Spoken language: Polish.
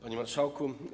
Panie Marszałku!